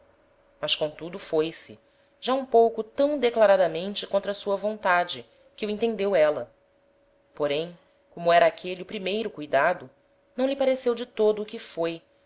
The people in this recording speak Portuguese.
mas comtudo foi-se já um pouco tam declaradamente contra sua vontade que o entendeu éla porém como era aquele o primeiro cuidado não lhe pareceu de todo o que foi